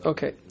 Okay